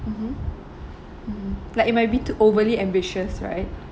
mmhmm mm like it might be too overly ambitious right